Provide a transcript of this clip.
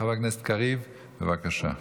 חבר הכנסת קריב, בבקשה.